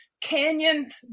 canyon